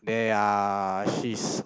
they are she